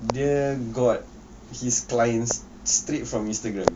dia got his client's straight from instagram